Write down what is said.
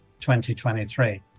2023